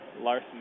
Larson